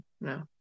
No